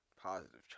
Positive